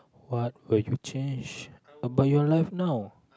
what would you change about your life now